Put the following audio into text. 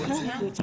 סעיף ג.